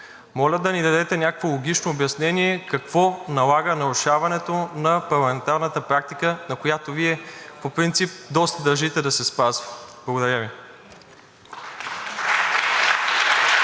Моля да ни дадете някакво логично обяснение какво налага нарушаването на парламентарната практика, на която Вие по принцип доста държите да се спазва? Благодаря Ви.